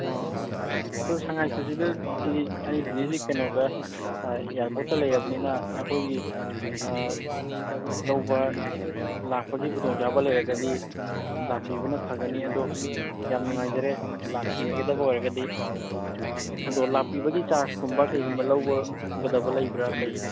ꯑꯣ ꯑꯗꯨ ꯁꯉꯥꯏ ꯐꯦꯁꯇꯤꯚꯦꯜꯁꯤ ꯑꯩ ꯍꯧꯖꯤꯛ ꯍꯧꯖꯤꯛ ꯀꯩꯅꯣꯗ ꯑꯦꯌꯥꯔꯄꯣꯔꯠꯇ ꯂꯩ ꯍꯥꯏꯕꯅꯤꯅ ꯅꯈꯣꯏꯒꯤ ꯂꯧꯕ ꯂꯥꯛꯄꯒꯤ ꯈꯨꯗꯣꯡ ꯆꯥꯕ ꯂꯩꯔꯒꯗꯤ ꯂꯥꯛꯄꯤꯕꯅ ꯐꯒꯅꯤ ꯑꯗꯣ ꯌꯥꯝ ꯅꯨꯡꯉꯥꯏꯖꯔꯦ ꯂꯥꯛꯄꯤꯒꯗꯕ ꯑꯣꯏꯔꯒꯗꯤ ꯑꯗꯣ ꯂꯥꯛꯄꯤꯕꯒꯤ ꯆꯥꯔꯖ ꯀꯨꯝꯕ ꯀꯩꯒꯨꯝꯕ ꯂꯧꯕꯒꯗꯕ ꯂꯩꯕ꯭ꯔꯥ ꯀꯩ